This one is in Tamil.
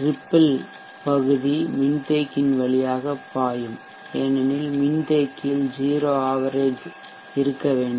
ரிப்பிள்சிற்றலை பகுதி மின்தேக்கியின் வழியாக பாயும் ஏனெனில் மின்தேக்கியில் 0 ஆவரேஜ்சராசரி இருக்க வேண்டும்